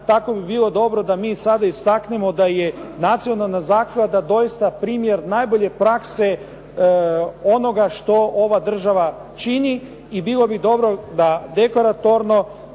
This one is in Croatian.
tako bi bilo dobro da mi sada istaknemo da je nacionalna zaklada doista primjer najbolje prakse onoga što ova država čini i bilo bi dobro da deklaratorno